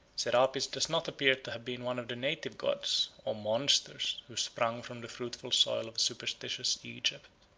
serapis does not appear to have been one of the native gods, or monsters, who sprung from the fruitful soil of superstitious egypt.